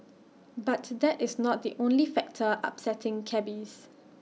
but that is not the only factor upsetting cabbies